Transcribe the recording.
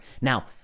Now